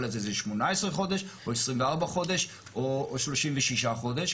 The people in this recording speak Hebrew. הזה זה 18 חודש או 24 חודש או 36 חודש.